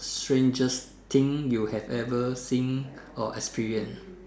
strangest thing you have ever seen or experienced